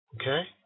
Okay